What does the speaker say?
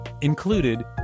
Included